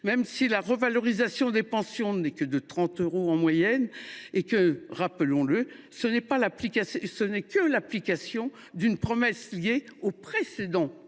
même si la revalorisation des pensions n’est que de 30 euros en moyenne. Rappelons le, ce n’est que l’application d’une promesse liée à la précédente